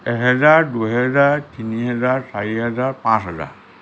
এহেজাৰ দুহেজাৰ তিনি হেজাৰ চাৰি হেজাৰ পাঁছ হেজাৰ